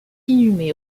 inhumé